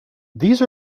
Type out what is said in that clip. these